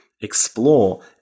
explore